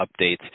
updates